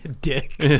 dick